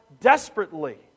desperately